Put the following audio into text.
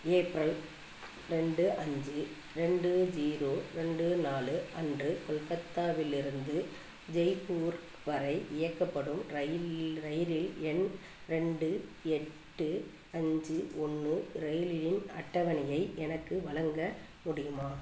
April ரெண்டு அஞ்சு ரெண்டு ஜீரோ ரெண்டு நாலு அன்று கொல்கத்தாவிலிருந்து ஜெய்ப்பூர் வரை இயக்கப்படும் இரயில் இரயில் எண் ரெண்டு எட்டு அஞ்சு ஒன்று இரயிலின் அட்டவணையை எனக்கு வழங்க முடியுமா